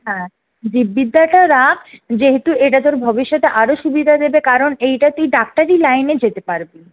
হ্যাঁ জীববিদ্যাটা রাখ যেহেতু এটা তোর ভবিষ্যতে আরও সুবিধা দেবে কারণ এইটা তুই ডাক্তারি লাইনে যেতে পারবি